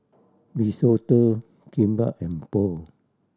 Risotto Kimbap and Pho